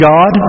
God